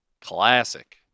Classic